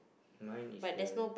mine is the